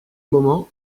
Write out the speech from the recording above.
moment